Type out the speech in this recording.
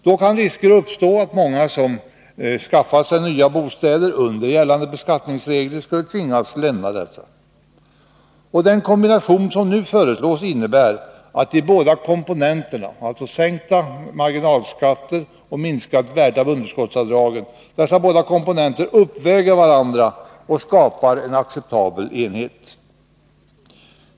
Då kan risker uppstå att många som skaffat sig nya bostäder under gällande beskattningsregler skulle tvingas lämna dessa. Den kombination som nu föreslås innebär att de båda komponenterna — sänkta marginalskatter och minskat värde av underskottsavdragen — uppväger varandra och skapar en acceptabel enhet.